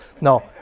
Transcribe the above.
No